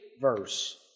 verse